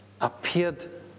appeared